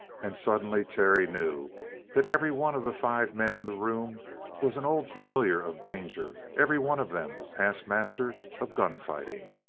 and suddenly terry knew that every one of the five men in the room was an old familiar of danger, every one of them a past master of gun fighting!